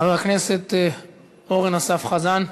חבר הכנסת אורן אסף חזן,